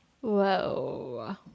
Whoa